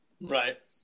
Right